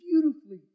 beautifully